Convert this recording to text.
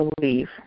believe